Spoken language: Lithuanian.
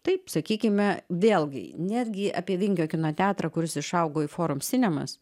taip sakykime vėlgi netgi apie vingio kino teatrą kuris išaugo į forum sinemas